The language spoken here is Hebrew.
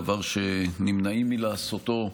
דבר שנמנעים מלעשותו,